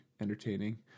entertaining